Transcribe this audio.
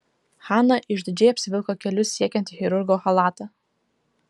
hana išdidžiai apsivilko kelius siekiantį chirurgo chalatą